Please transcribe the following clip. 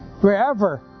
Wherever